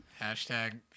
Hashtag